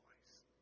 voice